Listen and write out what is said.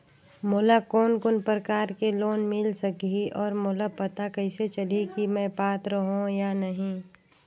मोला कोन कोन प्रकार के लोन मिल सकही और मोला पता कइसे चलही की मैं पात्र हों या नहीं?